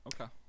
okay